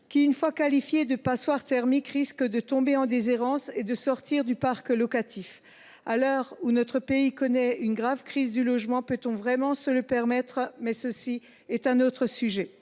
qui, une fois qualifié de « passoire thermique », risque de tomber en déshérence et de sortir du parc locatif. À l’heure où notre pays connaît une grave crise du logement, peut on vraiment se le permettre ? C’est un autre sujet.